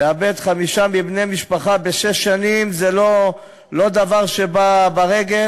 לאבד חמישה בני משפחה בשש שנים זה לא דבר שבא ברגל.